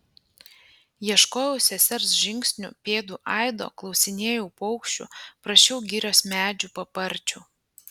ieškojau sesers žingsnių pėdų aido klausinėjau paukščių prašiau girios medžių paparčių